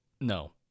No